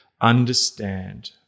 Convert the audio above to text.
understand